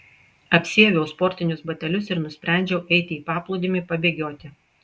apsiaviau sportinius batelius ir nusprendžiau eiti į paplūdimį pabėgioti